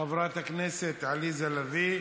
חברת הכנסת עליזה לביא,